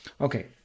Okay